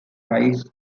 priced